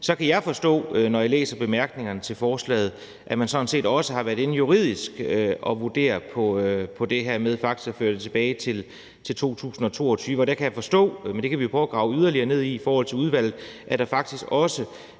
Så kan jeg forstå, når jeg læser bemærkningerne til lovforslaget, at man sådan set også har været inde juridisk at vurdere det her med faktisk at føre det tilbage til 2022. Og der kan jeg forstå, men det kan vi prøve at grave yderligere ned i i udvalget, at der faktisk også,